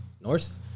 north